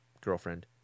girlfriend